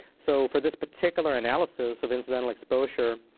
so for this particular analysis of incidental exposure,